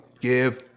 give